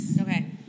Okay